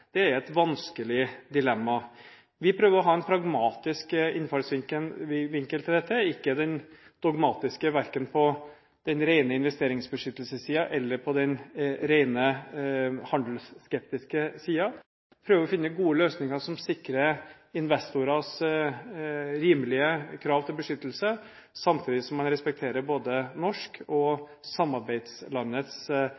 er et vanskelig dilemma. Vi prøver å ha en pragmatisk innfallsvinkel til dette – ikke en dogmatisk, verken på den rene investeringsbeskyttelsessiden eller på den rene handelsskeptiske siden. Vi prøver å finne gode løsninger som sikrer investorers rimelige krav til beskyttelse, samtidig som man respekterer både norsk og